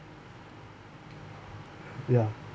ya